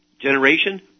generation